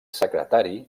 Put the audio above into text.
secretari